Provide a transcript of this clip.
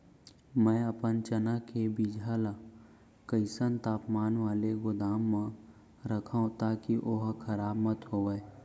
मैं अपन चना के बीजहा ल कइसन तापमान वाले गोदाम म रखव ताकि ओहा खराब मत होवय?